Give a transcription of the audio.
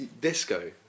disco